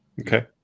Okay